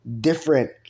different